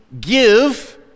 give